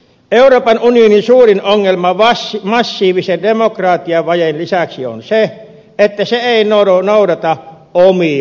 euroopan unionin suurin ongelma massiivisen demokratiavajeen lisäksi on se että se ei noudata omia sääntöjään